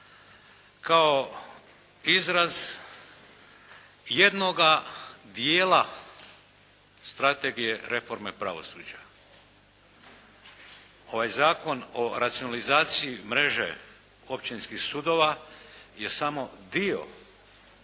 kao izraz jednoga dijela strategije reforme pravosuđa. Ovaj Zakon o racionalizaciji mreže općinskih sudova je samo dio,